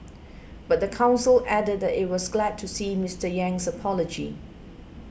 but the council added that it was glad to see Mister Yang's apology